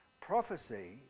prophecy